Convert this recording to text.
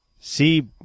See